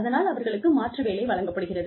அதனால் அவர்களுக்கு மாற்று வேலை வழங்கப்படுகிறது